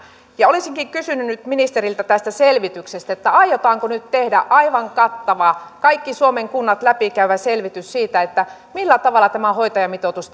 olisinkin kysynyt nyt ministeriltä tästä selvityksestä aiotaanko nyt tehdä aivan kattava kaikki suomen kunnat läpikäyvä selvitys siitä millä tavalla tämä hoitajamitoitus